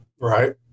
right